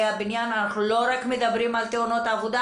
הבניין אנחנו לא רק מדברים על תאונות עבודה,